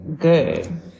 good